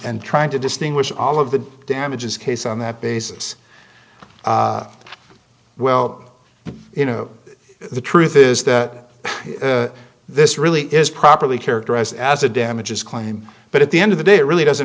and trying to distinguish all of the damages case on that basis well you know the truth is that this really is properly characterized as a damages claim but at the end of the day it really doesn't